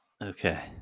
Okay